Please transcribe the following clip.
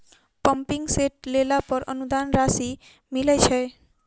Pumping set लेला पर अनुदान राशि मिलय छैय?